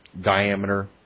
diameter